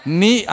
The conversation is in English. ni